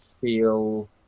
feel